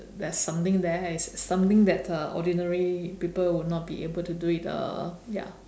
there's something there it's something that uh ordinary people would not be able to do it uh ya